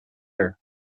her